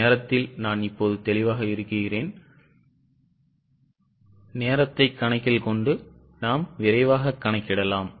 நேரத்தில் நான் இப்போது தெளிவாக இருப்பேன் என்று நம்புகிறேன்